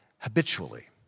Habitually